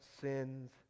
sins